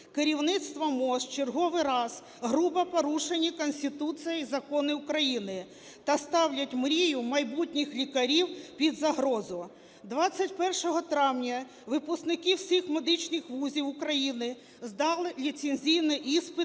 Керівництвом МОЗ в черговий раз грубо порушені Конституція і закони України та ставлять мрію майбутніх лікарів під загрозу. 21 травня випускники всіх медичних вузів України здали ліцензійний іспит